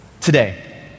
today